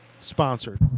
Sponsored